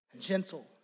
gentle